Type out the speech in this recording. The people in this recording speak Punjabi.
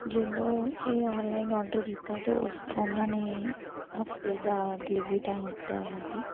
ਜਦੋਂ ਇਹ ਔਨਲਾਈਨ ਔਡਰ ਕੀਤਾ ਤਾਂ ਉਸ ਉਹਨਾਂ ਨੇ ਹਫ਼ਤੇ ਦਾ ਡਿਲੀਵਰੀ ਟਾਈਮ ਦਿੱਤਾ ਹੋਇਆ ਸੀ